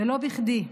ולא בכדי.